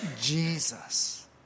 Jesus